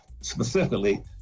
specifically